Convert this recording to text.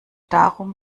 darum